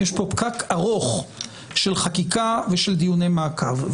יש פה פקק ארוך של חקיקה ושל דיוני מעקב.